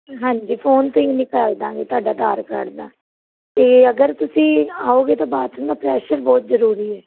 ਹਾਂਜੀ ਫੋਨ 'ਤੇ ਹੀ ਨਿਕਾਲ ਦਾਂਗੇ ਤੁਹਾਡਾ ਆਧਾਰ ਕਾਰਡ ਦਾ ਅਤੇ ਅਗਰ ਤੁਸੀਂ ਆਓਗੇ ਤਾਂ ਬਾਥਰੂਮ ਦਾ ਪ੍ਰੈਸ਼ਰ ਬਹੁਤ ਜ਼ਰੂਰੀ ਹੈ